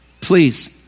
Please